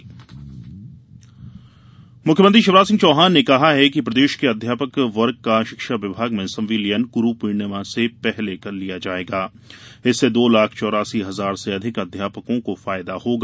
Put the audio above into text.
जनआशीर्वाद यात्रा मुख्यमंत्री शिवराज सिंह चौहान ने कहा कि प्रदेश के अध्यापक वर्ग का शिक्षा विभाग में संविलियन गुरुपूर्णिमा के पहले कर लिया जायेगा इससे दो लाख चौरासी हजार से अधिक अध्यापकों को फायदा होगा